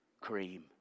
cream